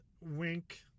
wink